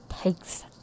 takes